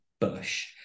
Bush